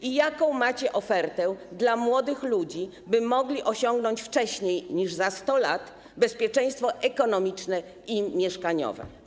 I jaką macie ofertę dla młodych ludzi, by mogli osiągnąć wcześniej niż za 100 lat bezpieczeństwo ekonomiczne i mieszkaniowe?